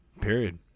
Period